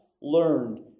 learned